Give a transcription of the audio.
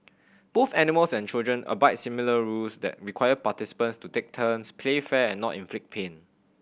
both animals and children abide similar rules that require participants to take turns play fair and not inflict pain